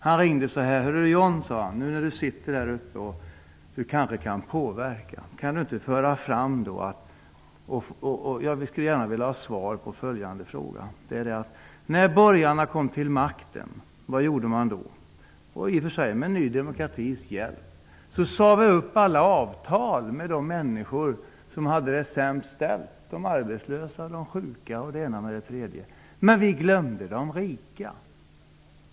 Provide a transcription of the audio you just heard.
Han ringde mig häromdagen och sade: Hör du, John, nu när du sitter där uppe och kanske kan påverka -- kan du inte föra fram följande. När borgarna kom till makten -- vad gjorde de då, i och för sig med Ny demokratis hjälp? De sade upp alla avtal med de människor som hade det sämst ställt -- de arbetslösa, de sjuka, och den ena kategorin med den tredje. Men vi glömde de rika.